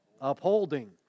Upholding